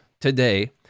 today